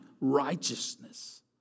righteousness